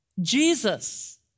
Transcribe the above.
Jesus